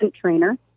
trainer